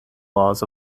laws